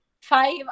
Five